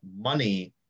money